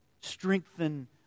strengthen